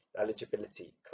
eligibility